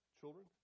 children